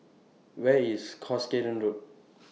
Where IS Cuscaden Road